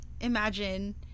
imagine